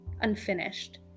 Unfinished